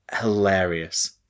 hilarious